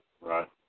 Right